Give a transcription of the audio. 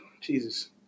jesus